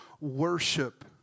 worship